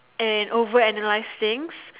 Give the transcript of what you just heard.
and over analyse things